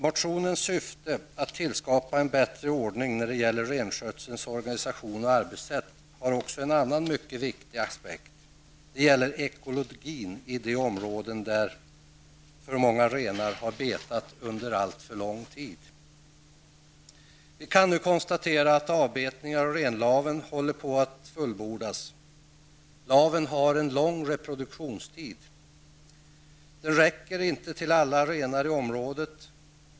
Motionens syfte, att tillskapa en bättre ordning när det gäller renskötselns organisation och arbetssätt, har också en annan mycket viktig aspekt. Det gäller ekologin i de områden där för många renar har betat under alltför lång tid. Vi kan nu konstatera att avbetningen av renlaven håller på att fullbordas. Laven har en lång reproduktionstid. Den räcker inte till alla renar i området.